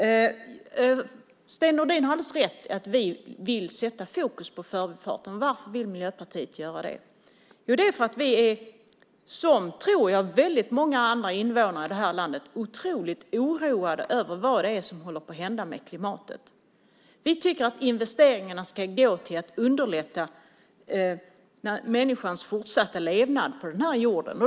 Sten Nordin har alldeles rätt i att vi vill sätta fokus på förbifarten. Varför vill Miljöpartiet göra det? Det är för att vi liksom många andra invånare i det här landet är otroligt oroade över vad som håller på att hända med klimatet. Vi tycker att investeringarna ska gå till att underlätta människans fortsatta levnad på den här jorden.